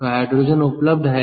तो हाइड्रोजन उपलब्ध है